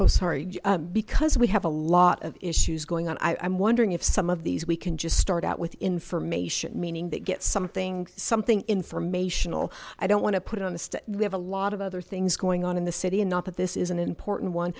oh sorry because we have a lot of issues going on i'm wondering if some of these we can just start out with information meaning that get something something informational i don't want to put it on the state we have a lot of other things going on in the city and not that this is an important one